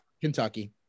Kentucky